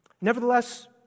Nevertheless